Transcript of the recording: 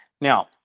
now